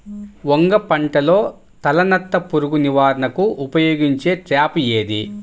వంగ పంటలో తలనత్త పురుగు నివారణకు ఉపయోగించే ట్రాప్ ఏది?